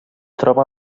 troba